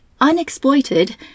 unexploited